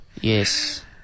Yes